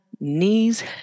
knees